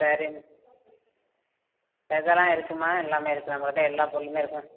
சரிங்க வெதைலாம் இருக்குதுமா எல்லாம் இருக்குது நம்மக்கிட்டே எல்லா பொருளும் இருக்குதுமா